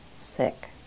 sick